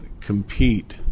compete